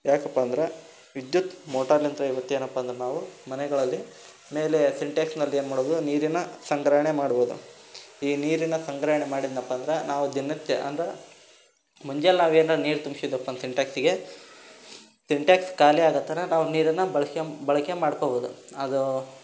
ಯಾಕಪ್ಪ ಅಂದ್ರೆ ವಿದ್ಯುತ್ ಮೋಟಾರ್ಲಿಂತ ಏನಪ್ಪ ಅಂದ್ರೆ ನಾವು ಮನೆಗಳಲ್ಲಿ ಮೇಲೆ ಸಿಂಟೆಕ್ಸ್ನದು ಏನು ಮಾಡೋದು ನೀರಿನ ಸಂಗ್ರಹಣೆ ಮಾಡ್ಬೋದು ಈ ನೀರಿನ ಸಂಗ್ರಹಣೆ ಮಾಡಿದನಪ್ಪ ಅಂದ್ರೆ ನಾವು ದಿನನಿತ್ಯ ಅಂದರೆ ಮುಂಜಾಲೆ ನಾವು ಏನರ ನೀರು ತುಂಬ್ಸಿದ್ವಪ್ಪ ಒಂದು ಸಿಂಟೆಕ್ಸಿಗೆ ಸಿಂಟೆಕ್ಸ್ ಖಾಲಿ ಆಗೋ ತನಕ ನಾವು ನೀರನ್ನು ಬಳ್ಸ್ಕೆಮ ಬಳಕೆ ಮಾಡ್ಕೊಬೋದು ಅದು